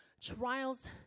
Trials